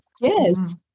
Yes